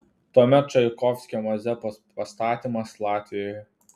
tuomet čaikovskio mazepos pastatymas latvijoje